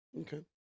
Okay